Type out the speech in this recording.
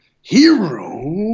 hero